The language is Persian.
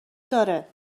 داره